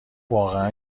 واقعا